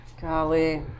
Golly